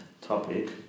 topic